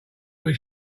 was